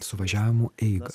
suvažiavimų eigą